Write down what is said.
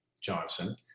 Johnson